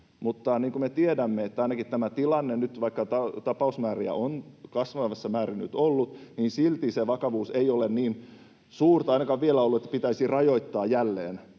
Mutta niin kuin me tiedämme, ainakaan nyt tässä tilanteessa, vaikka tapausmääriä on kasvavassa määrin nyt ollut, silti se vakavuus ei ole niin suurta vielä ollut, että pitäisi rajoittaa jälleen